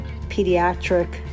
pediatric